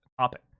topic